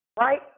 Right